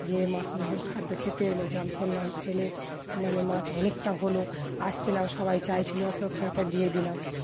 দিয়ে মাছটা যখন খাদ্য খেতে এলো জাল ফেললাম ফেলে মানে মাছ অনেকটা হলো আসছিলাম সবাই চাইছিলো ওকে ওখানটা দিয়ে দিলাম